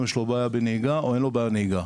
יש בעיה בנהיגה או אין לו בעיה בנהיגה.